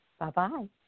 Bye-bye